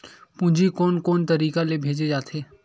पूंजी कोन कोन तरीका ले भेजे जाथे?